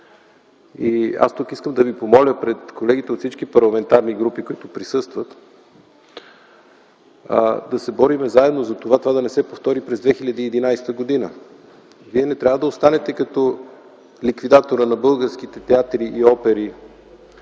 Тук искам да Ви помоля пред колегите от всички парламентарни групи, които присъстват, да се борим заедно за това, това да не се повтори през 2011 г. Вие не трябва да останете като ликвидатора на българските театри и опери,